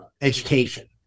education